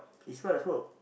it smell like smoke